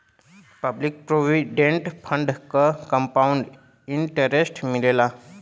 public provident fund पर compound interest मिलला